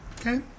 Okay